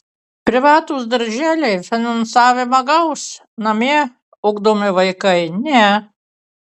privatūs darželiai finansavimą gaus namie ugdomi vaikai ne